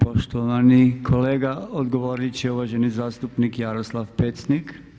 Poštovani kolega odgovorit će uvaženi zastupnik Jaroslav Pecnik.